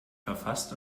verfasst